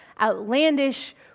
outlandish